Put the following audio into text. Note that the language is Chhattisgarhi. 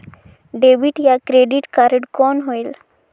डेबिट या क्रेडिट कारड कौन होएल?